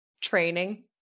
training